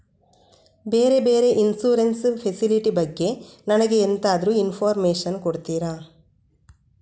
ಬೇರೆ ಬೇರೆ insurance facility ಬಗ್ಗೆ ನನಗೆ ಎಂತಾದ್ರೂ ಇನ್ಫೋರ್ಮೇಷನ್ ಕೊಡ್ತೀರಾ?